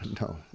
No